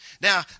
Now